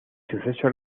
suceso